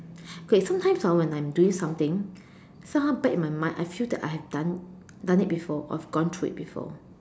okay sometimes ah when I'm doing something somehow back in my mind I feel that I've done done it before or gone through it before